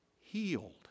healed